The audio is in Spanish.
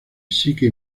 psique